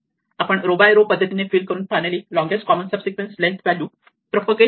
आपण row by row पद्धतीने fill करून finally longest common subsequence length value propagate करू शकतो